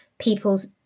people's